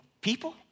people